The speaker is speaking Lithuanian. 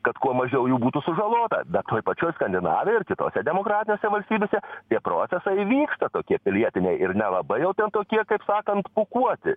kad kuo mažiau jų būtų sužalota bet toj pačioj skandinavijoj ir kitose demokratinėse valstybėse tie procesai vyksta tokie pilietiniai ir nelabai jau tokie kaip sakant pūkuoti